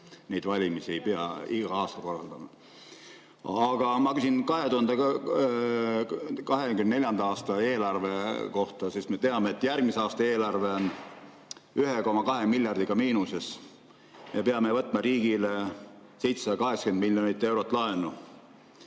Neid valimisi ei pea iga aasta korraldama. Aga ma küsin 2024. aasta eelarve kohta, sest me teame, et järgmise aasta eelarve on 1,2 miljardiga miinuses. Me peame võtma riigile 780 miljonit eurot laenu.